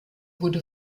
wurde